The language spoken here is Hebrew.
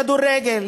למצב במגרשי כדורגל.